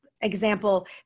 example